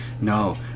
no